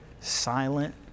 silent